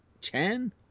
Chan